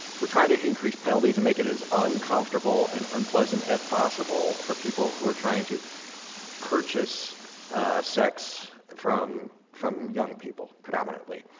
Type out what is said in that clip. we're trying to increase penalties and make it as uncomfortable and unpleasant as possible for people who are trying to purchase sex from from young people, predominantly.